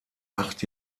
acht